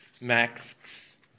max